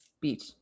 beach